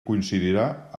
coincidirà